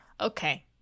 okay